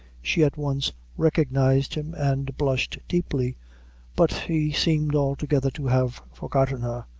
she at once recognized him, and blushed deeply but he seemed altogether to have forgotten her.